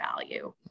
value